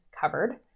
covered